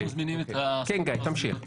כן גיא, תמשיך.